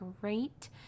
great